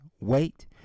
wait